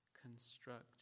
construct